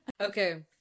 Okay